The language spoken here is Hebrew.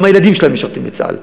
גם הילדים שלהם משרתים בצה"ל.